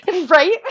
Right